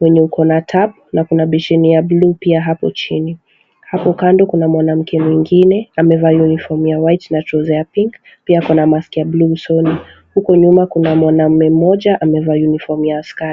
wenye uko na tap na kuna besheni ya buluu pia hapo chini, hapo kando kuna mwanamke mwingine amevaa uniform ya white na trouser ya pink pia ako na mask ya buluu usoni ,huku nyuma kuna mwanaume mmoja amevaa uniform ya askari.